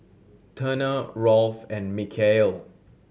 Turner Rolf and Mikeal